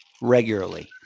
regularly